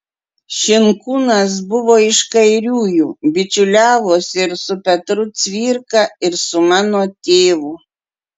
šinkūnas buvo iš kairiųjų bičiuliavosi ir su petru cvirka ir su mano tėvu